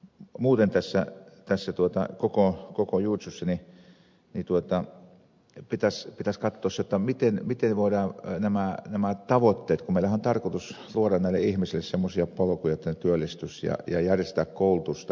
muuten tässä koko juitsussa pitäisi katsoa se miten voidaan toteuttaa nämä tavoitteet kun meillähän on tarkoitus luoda näille ihmisille semmoisia polkuja jotta he työllistyisivät ja järjestää koulutusta